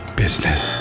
business